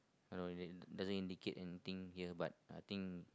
I don't know it doesn't doesn't indicate anything here but I think